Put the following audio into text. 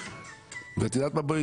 את יודעת מה,